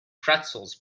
pretzels